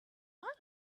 might